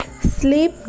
sleep